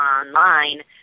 online